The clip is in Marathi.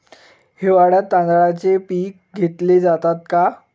हिवाळ्यात तांदळाचे पीक घेतले जाते का?